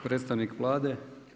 Predstavnik Vlade?